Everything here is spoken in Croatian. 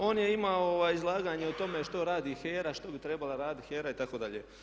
On je imao izlaganje o tome što radi HERA, što bi trebala raditi HERA itd.